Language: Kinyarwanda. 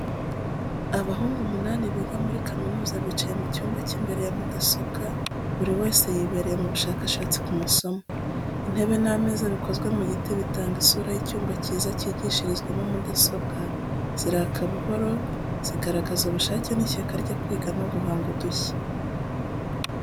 Abahungu umunani biga muri kaminuza bicaye mu cyumba cy’imbere ya mudasobwa, buri wese yibereye mu bushakashatsi ku masomo. Intebe n’ameza bikozwe mu giti bitanga isura y’icyumba cyiza cyigishirizwamo mudasobwa ziraka buhoro, zigaragaza ubushake n’ishyaka ryo kwiga no guhanga udushya.